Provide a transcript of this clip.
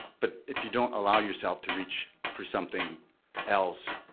but if you don't allow yourself to reach for something else,